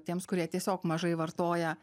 tiems kurie tiesiog mažai vartoja